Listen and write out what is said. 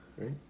right